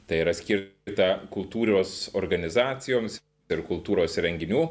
tai yra skirta kultūrios organizacijoms ir kultūros renginių